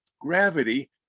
gravity